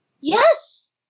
Yes